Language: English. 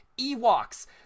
Ewoks